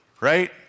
right